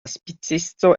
spicisto